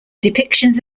depictions